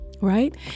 right